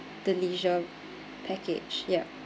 the leisure package ya